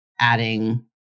adding